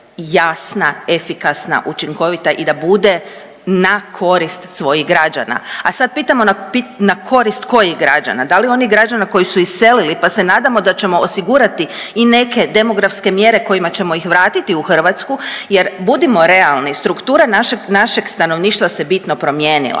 jasna, efikasna, učinkovita i da bude na korist svojih građana. A sad pitamo na korist kojih građana? Da li onih građana koji su iselili pa se nadamo da ćemo osigurati i neke demografske mjere kojima ćemo ih vratiti u Hrvatsku jer budimo realni struktura našeg, našeg stanovništva se bitno promijenila.